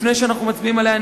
לפני שאנחנו מצביעים עליה,